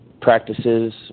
practices